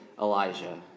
Elijah